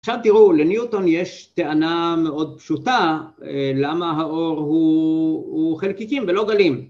עכשיו תראו לניוטון יש טענה מאוד פשוטה למה האור הוא הוא חלקיקים ולא גלים